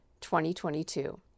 2022